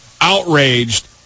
outraged